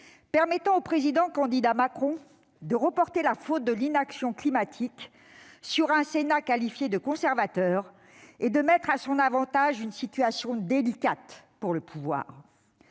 permettant au Président et candidat Macron de reporter la faute de l'inaction climatique sur un Sénat qualifié de conservateur et de mettre à son avantage une situation délicate pour le pouvoir.